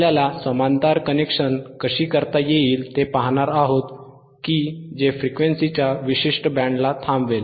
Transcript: आपल्याला समांतर कनेक्शन कशी करता येईल ते पाहणार आहोत की जे फ्रिक्वेन्सीचा विशिष्ट बँड थांबवेल